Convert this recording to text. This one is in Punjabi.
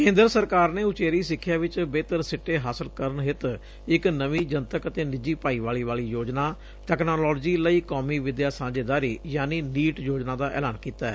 ਕੇਂਦਰ ਸਰਕਾਰ ਨੇ ਉਚੇਰੀ ਸਿੱਖਿਆ ਵਿਚ ਬੇਹਤਰ ਸਿੱਟੇ ਹਾਸਲ ਕਰਨ ਹਿੱਤ ਇਕ ਨਵੇਂ ਜਨਤਕ ਅਤੇ ਨਿਜੀ ਭਾਈਵਾਲੀ ਵਾਲੀ ਯੋਜਨਾ ਤਕਨਾਲੋਜੀ ਲਈ ਕੌਮੀ ਵਿਦਿਆ ਸਾਂਝੇਦਾਰੀ ਯਾਨੀ ਨੀਟ ਯੋਜਨਾ ਦਾ ਐਲਾਨ ਕੀਤੈ